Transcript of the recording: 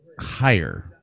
higher